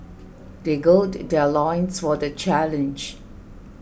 they gird their loins for the challenge